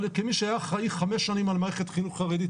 אבל כמי שהיה אחראי 5 שנים על מערכת חינוך חרדית,